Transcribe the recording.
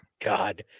God